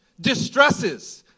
distresses